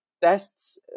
tests